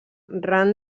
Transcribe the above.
ran